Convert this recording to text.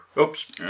Oops